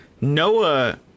Noah